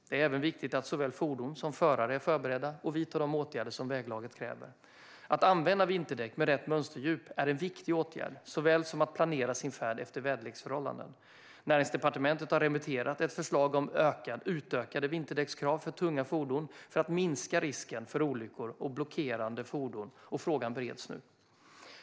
Det är även viktigt att såväl fordon som förare är förberedda och vidtar de åtgärder som väglaget kräver. Att använda vinterdäck med rätt mönsterdjup är en viktig åtgärd, liksom att planera sin färd efter väderleksförhållanden. Näringsdepartementet har remitterat ett förslag om utökade vinterdäckskrav för tunga fordon för att minska risken för olyckor och blockerande fordon, och frågan bereds nu.